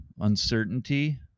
uncertainty